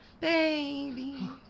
baby